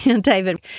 David